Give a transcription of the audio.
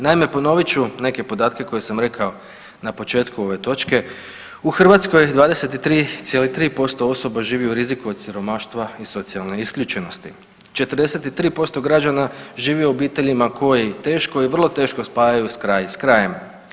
Naime, ponovit ću neke podatke koje sam rekao na početku ove točke u Hrvatskoj je 23,3% osoba živi u riziku od siromaštva i socijalne isključenosti, 43% građana žive u obiteljima koji teško i vrlo teško spajaju kraj s krajem.